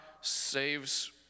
saves